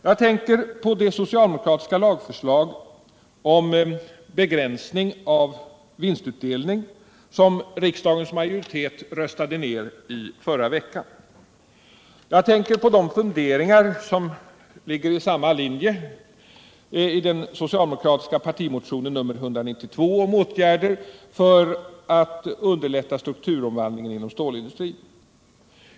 Jag tänker då på det socialdemokratiska lagförslag om begränsning av vinstutdelning som riksdagens majoritet röstade ner i förra veckan och på de funderingar i samma riktning som redovisas i den socialdemokratiska partimotionen 192 om åtgärder för att underlätta strukturomvandlingen inom stålindustrin.